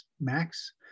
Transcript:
max